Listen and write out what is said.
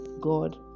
God